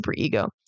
superego